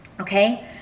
Okay